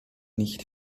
nicht